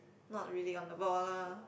not really on the ball lah